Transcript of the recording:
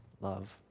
love